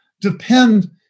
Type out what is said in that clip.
depend